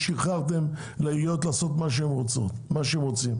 שחררתם לעיריות לעשות מה שהם רוצים.